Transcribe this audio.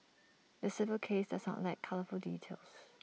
the civil case does not lack colourful details